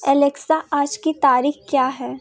Alexa आज की तारीख़ क्या है